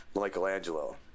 Michelangelo